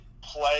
play